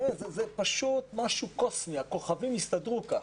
פשוט משהו קוסמי, הכוכבים הסתדרו כך.